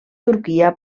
turquia